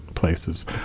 places